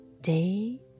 day